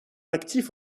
actif